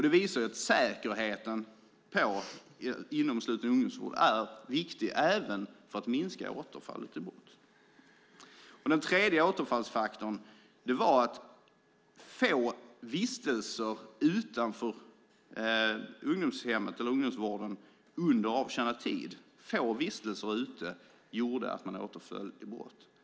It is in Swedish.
Det visar att säkerheten inom sluten ungdomsvård är viktig också för att minska återfall i brott. Den tredje återfallsfaktorn var att få vistelser utanför ungdomsvården under avtjänad tid gjorde att man återföll i brott.